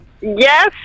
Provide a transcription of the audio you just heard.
yes